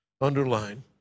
underline